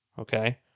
okay